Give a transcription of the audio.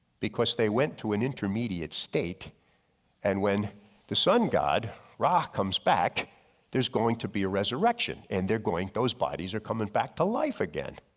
because they went to an intermediate state and when the sun-god rock comes back there's going to be a resurrection and they're going those bodies are coming back to life again.